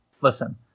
listen